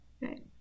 right